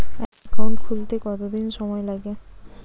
Account খুলতে কতদিন সময় লাগে?